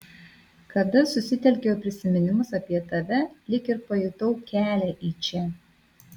kada susitelkiau į prisiminimus apie tave lyg ir pajutau kelią į čia